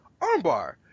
armbar